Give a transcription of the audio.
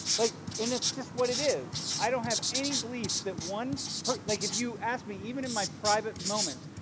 like and it's just what it is. i don't have any beliefs that one, like if you ask me even in my private moments,